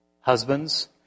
Husbands